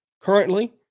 currently